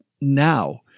now